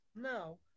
Now